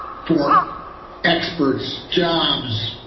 for experts, jobs,